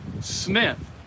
Smith